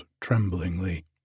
tremblingly